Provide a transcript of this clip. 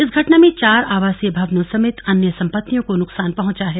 इस घटना में चार आवासीय भवनों समेत अन्य संपत्तियों को नुकसान पहुंचा है